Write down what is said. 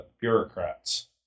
bureaucrats